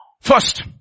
First